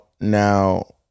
now